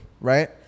right